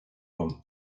ann